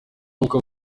n’uko